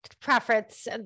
preference